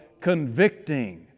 convicting